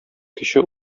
кече